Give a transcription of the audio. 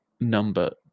number